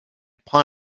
prend